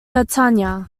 catania